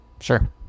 Sure